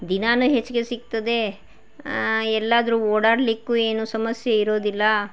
ದಿನನೂ ಹೆಚ್ಚಿಗೆ ಸಿಗ್ತದೆ ಎಲ್ಲಾದರೂ ಓಡಾಡಲಿಕ್ಕೂ ಏನು ಸಮಸ್ಯೆ ಇರೋದಿಲ್ಲ